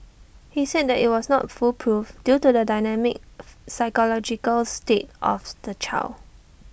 he said that IT was not foolproof due to the dynamic psychological state of the child